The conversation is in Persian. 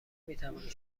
میتوانید